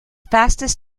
fastest